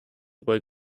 were